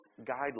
guidelines